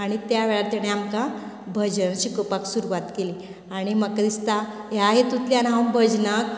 आनी त्या वेळार तेणे आमकां भजन शिकोवपाक सुरवात केली आनी म्हाका दिसता ह्या हेतूंतल्यान हांव भजनाक